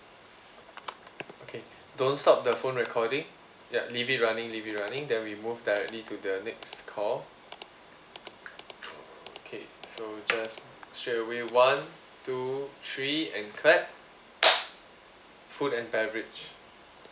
okay don't stop the phone recording ya leave it running leave it running then we move directly to the next call okay so just straight away one two three and clap food and beverage